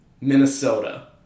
Minnesota